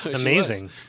Amazing